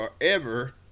forever